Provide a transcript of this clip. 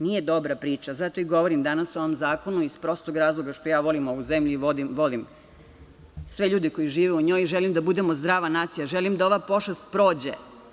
Nije dobra priča, zato i govorom danas o ovom zakonu iz prostog razloga što ja volim ovu zemlju i volim sve ljude koji žive u njoj i želim da budemo zdrava nacija, želim da ova pošast prođe.